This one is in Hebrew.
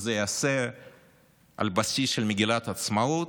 שזה ייעשה על בסיס של מגילת העצמאות,